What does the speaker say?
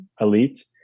elite